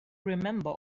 remember